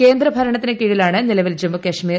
കേന്ദ്ര ഭരണത്തിനു കീഴിലാണ് നിലവിൽ ജമ്മുകാശ്മീർ